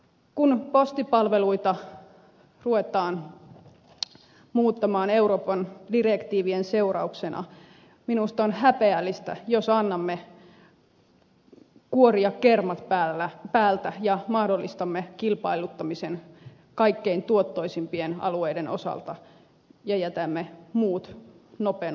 kun postipalveluita ruvetaan muuttamaan euroopan direktiivien seurauksena minusta on häpeällistä jos annamme kuoria kermat päältä ja mahdollistamme kilpailuttamisen kaikkein tuottoisimpien alueiden osalta ja jätämme muut nopen osille